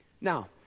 Now